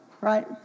right